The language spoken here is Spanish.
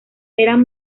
eran